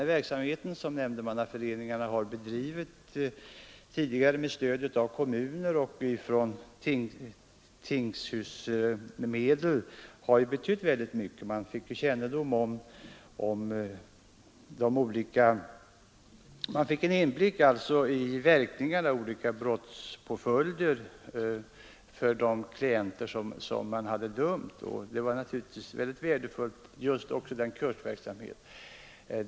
Den verksamhet som nämndemannaföreningarna bedrivit tidigare med stöd av kommuner och med tingshusmedel har betytt mycket — man fick en inblick i verkningarna i olika brottspåföljder för de personer som man hade dömt. Det var naturligtvis mycket värdefullt liksom den kursverksamhet som bedrevs.